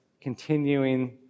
continuing